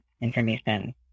information